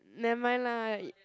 never mind lah